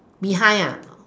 behind ah